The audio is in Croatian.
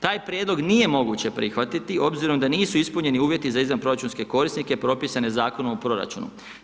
Taj prijedlog nije moguće prihvatiti, obzirom da nisu ispunjeni uvjeti za izvanproračunske karinske propisane Zakonom o proračunu.